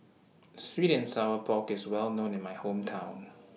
Sweet and Sour Pork IS Well known in My Hometown